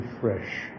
fresh